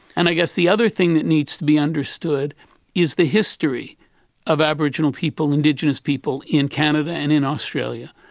and i guess the other thing that needs to be understood is the history of aboriginal people, indigenous people in canada and in australia.